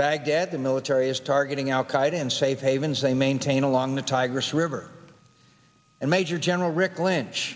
baghdad the military is targeting al qaeda and safe havens they maintain along the tigris river and major general rick lynch